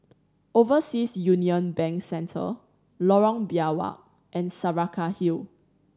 Overseas Union Bank Centre Lorong Biawak and Saraca Hill